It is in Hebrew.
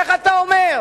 איך אתה אומר?